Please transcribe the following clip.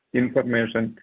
information